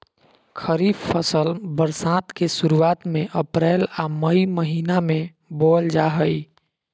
खरीफ फसल बरसात के शुरुआत में अप्रैल आ मई महीना में बोअल जा हइ